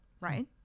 right